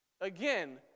Again